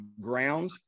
ground